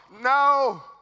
No